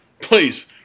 please